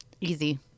Easy